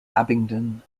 abingdon